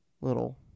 little